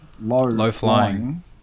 low-flying